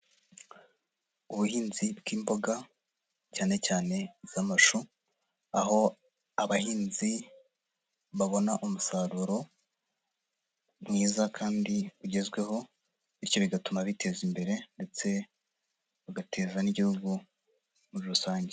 Ubuhinzi bw'imboga cyane cyane iz'amashu, aho abahinzi babona umusaruro mwiza kandi ugezweho; bityo bigatuma biteza imbere ndetse bagateza n'Igihugu muri rusange.